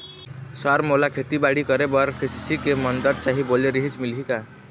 Sir मोला खेतीबाड़ी करेबर के.सी.सी के मंदत चाही बोले रीहिस मिलही का?